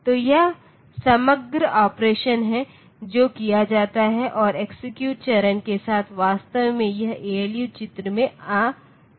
तो यह समग्र ऑपरेशन है जो किया जाता है और एक्सेक्यूट चरण के साथ वास्तव में यह ALU चित्र में आता है